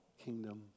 kingdom